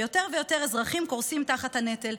ויותר ויותר אזרחים קורסים תחת הנטל.